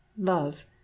love